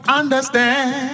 understand